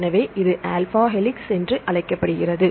எனவே இது alpha helix என்று அழைக்கப்படுகிறது